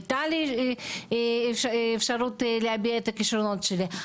הייתה לי אפשרות להביע את הכשרוונות שלי.